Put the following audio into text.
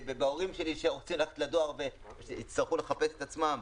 בהורים שלי שרוצים ללכת לדואר ויצטרכו לחפש את עצמם.